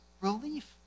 relief